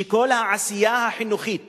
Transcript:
שכל העשייה החינוכית